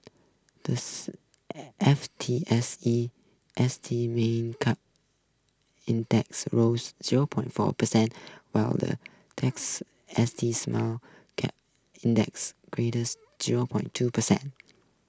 the F T S E S T Mid Cap Index rose zero point four percent while the next S T Small Cap next zero point two percent